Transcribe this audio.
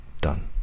done